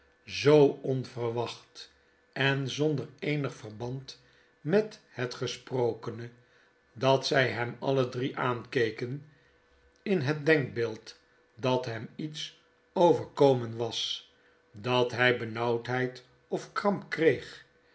zoo onverwacht en zonder eenig verband met het gesprokene dat zg hem alle drie aankeken in het denkbeeld dat hem iets overkomen was dat hg benauwdheid of krampkreeg